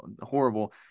horrible